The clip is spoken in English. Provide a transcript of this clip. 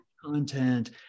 content